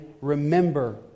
remember